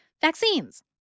vaccines